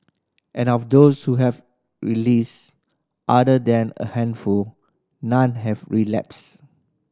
and of those who have released other than a handful none have relapsed